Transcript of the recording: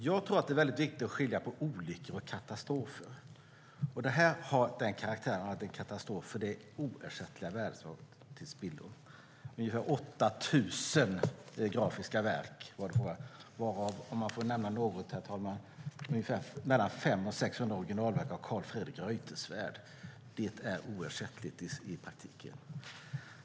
Herr talman! Det är viktigt att skilja mellan olyckor och katastrofer. Det här har karaktären av en katastrof, för det är oersättliga värden som har gått till spillo. Det är ungefär 8 000 grafiska verk det handlar om. Bland dem kan nämnas mellan 500 och 600 originalverk av Carl Fredrik Reuterswärd. De är i praktiken oersättliga.